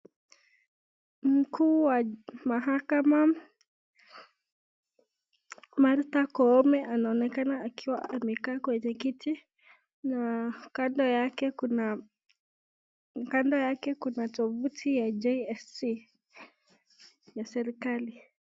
Mkuu wa mahakama Martha Koome anaonekana akiwa amekaa kwenye kiti na kando yake kuna tovuti ya JSC ya serikali.